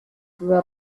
grew